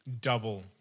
Double